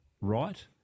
right